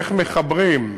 איך מחברים: